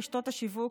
רשתות השיווק,